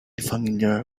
familiar